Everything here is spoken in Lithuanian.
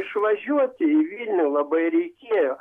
išvažiuoti į vilnių labai reikėjo